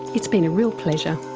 it's been a real pleasure.